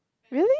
really